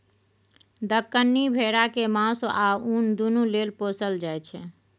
दक्कनी भेरा केँ मासु आ उन दुनु लेल पोसल जाइ छै